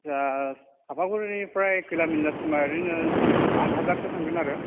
दा चापागुरिफ्राय खैला मैलासिमआ ओरैनो आथ हाजासो थागोन आरो